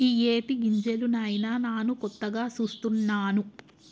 ఇయ్యేటి గింజలు నాయిన నాను కొత్తగా సూస్తున్నాను